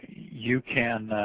you can,